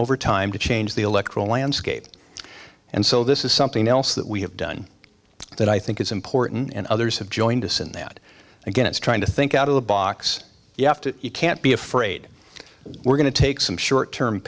over time to change the electoral landscape and so this is something else that we have done that i think is important and others have joined us in that again it's trying to think out of the box you have to you can't be afraid we're going to take some short term